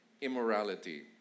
immorality